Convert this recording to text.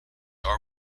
are